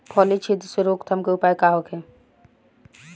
फली छिद्र से रोकथाम के उपाय का होखे?